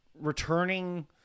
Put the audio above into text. returning